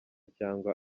cyangwa